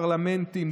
פרלמנטים,